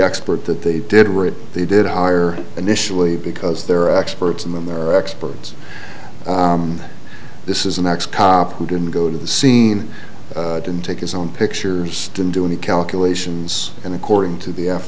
expert that they did read they did hire initially because they're experts in their experts and this is an ex cop who didn't go to the scene didn't take his own pictures didn't do any calculations and according to the